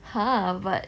!huh! but